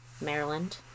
Maryland